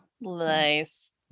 nice